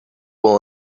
will